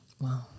wow